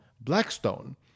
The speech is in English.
Blackstone